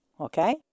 okay